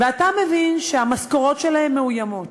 ואתה מבין שהמשכורות שלהם מאוימות,